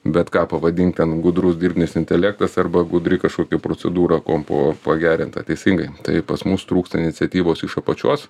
bet ką pavadink ten gudrus dirbtinis intelektas arba gudri kažkokia procedūra kompo pagerinta teisingai tai pas mus trūksta iniciatyvos iš apačios